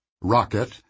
rocket